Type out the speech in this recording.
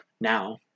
now